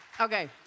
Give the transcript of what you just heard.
Okay